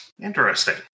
Interesting